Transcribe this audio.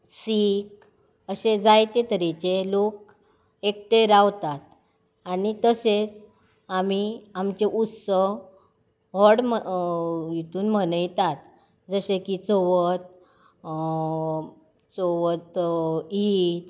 सीख अशे जायते तरेचे लोक एकठांय रावतात आनी तशेच आमी आमचे उत्सव व्हड हितून मनयतात जशे की चवथ अ चवथ ईद